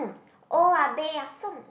oya-beh-ya-som